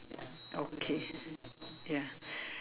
okay ya